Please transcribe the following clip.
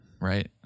right